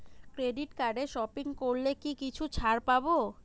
Credit কার্ডে shopping করলে কি কিছু ছাড় পাব?